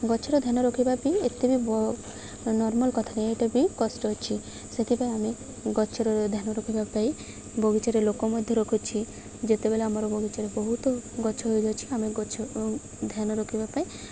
ଗଛର ଧ୍ୟାନ ରଖିବା ବି ଏତେ ବି ନର୍ମାଲ୍ କଥା ନାହିଁ ଏଇଟା ବି କଷ୍ଟ ଅଛି ସେଥିପାଇଁ ଆମେ ଗଛର ଧ୍ୟାନ ରଖିବା ପାଇଁ ବଗିଚାରେ ଲୋକ ମଧ୍ୟ ରଖୁଛି ଯେତେବେଳେ ଆମର ବଗିଚାରେ ବହୁତ ଗଛ ହେଇଯାଉଛି ଆମେ ଗଛ ଧ୍ୟାନ ରଖିବା ପାଇଁ